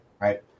right